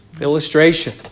illustration